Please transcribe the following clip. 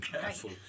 careful